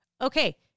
okay